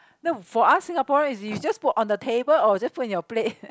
no for us Singaporeans is you just put on the table or just put in your plate